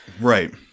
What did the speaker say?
Right